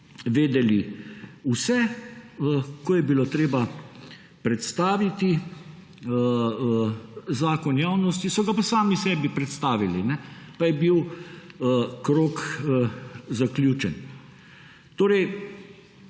vedeli vse, ko je bilo treba predstaviti zakon javnosti, so ga pa sami sebi predstavili, pa je bil krog zaključen. Torej